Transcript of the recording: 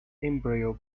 embryo